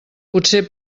potser